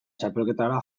txapelketara